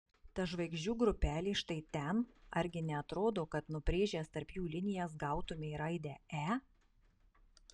ta žvaigždžių grupelė štai ten argi neatrodo kad nubrėžęs tarp jų linijas gautumei raidę e